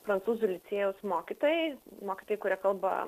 prancūzų licėjaus mokytojai mokytojai kurie kalba